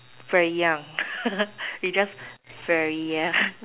very young we just very young